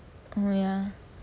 oh ya